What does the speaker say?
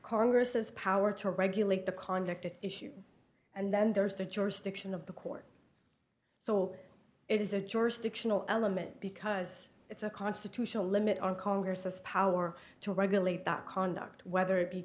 congress's power to regulate the conduct at issue and then there's the jurisdiction of the court so it is a jurisdictional element because it's a constitutional limit on congress us power to regulate that conduct whether it be